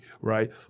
Right